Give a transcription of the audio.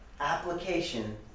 application